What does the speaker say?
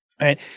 right